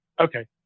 okay